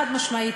חד-משמעית,